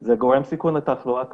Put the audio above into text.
זה גורם סיכון לתחלואה קשה,